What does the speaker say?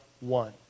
one